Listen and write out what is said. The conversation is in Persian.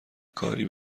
کاری